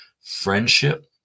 friendship